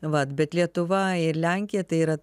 va bet lietuva ir lenkija tai yra